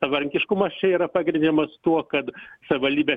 savarankiškumas čia yra pagrindžiamas tuo kad savivaldybė